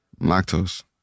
Lactose